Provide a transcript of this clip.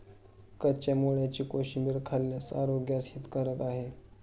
कच्च्या मुळ्याची कोशिंबीर खाल्ल्यास आरोग्यास हितकारक आहे